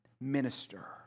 minister